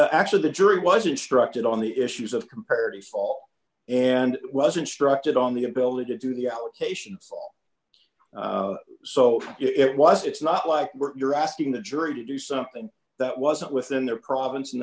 on actually the jury was instructed on the issues of compared to all and it was instructed on the ability to do the allocation so it was it's not like you're asking the jury to do something that wasn't within the province